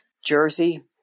Jersey